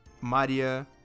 Maria